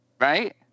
right